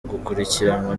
gukurikiranwa